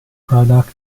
product